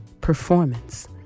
performance